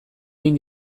egin